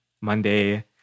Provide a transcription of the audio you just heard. Monday